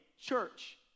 church